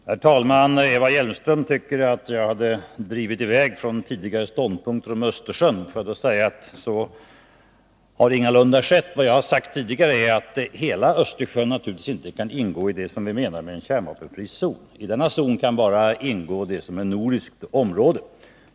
Herr talman! Eva Hjelmström tycker att jag har dragit i väg från tidigare ståndpunkter i fråga om Östersjön. Låt mig säga att så ingalunda skett. Vad jag har sagt tidigare är att hela Östersjön naturligtvis inte kan ingå i vad vi menar med en kärnvapenfri zon. I denna zon kan bara ingå vad som är nordiskt område.